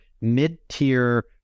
mid-tier